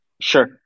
Sure